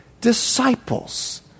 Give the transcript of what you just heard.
disciples